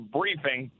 briefing